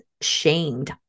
shamed